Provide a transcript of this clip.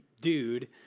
dude